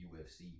UFC